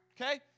Okay